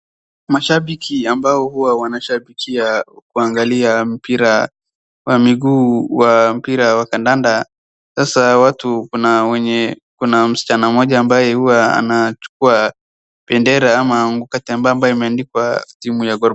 Mashabiki ambao huwa wanashabikia kuangalia mpira wa miguu wa mpira wa kandanda. Sasa watu kuna wenye kuna msichana mmoja ambaye huwa anachukua bendera ama nguo ambaye imeandikwa timu ya Gor Mahia.